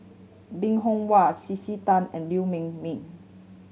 Bong Hiong Hwa C C Tan and Liew Ming Mee